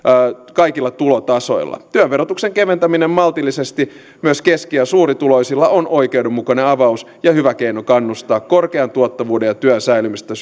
kaikilla tulotasoilla työn verotuksen keventäminen maltillisesti myös keski ja suurituloisilla on oikeudenmukainen avaus ja hyvä keino kannustaa korkean tuottavuuden ja työn säilymistä